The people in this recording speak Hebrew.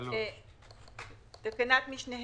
שכשקוראים את התקנה בנוסח המשולב כתוב ש"בהקצאת חלונות זמן...